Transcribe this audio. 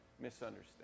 misunderstand